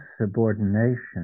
subordination